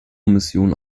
missionen